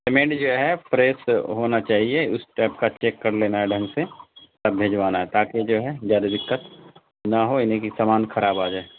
cement جو ہے fresh ہونا چاہیے اس ٹائپ کا چیک کر لینا ڈھنگ سے تب بھجوانا ہے تاکہ جو ہے جیادہ دقت نہ ہو یہ نہیں کہ سامان خراب آ جائے